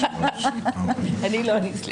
מי נגד?